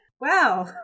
Wow